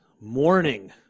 morning